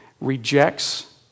rejects